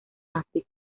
áfrica